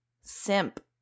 simp